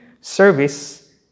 service